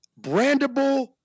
brandable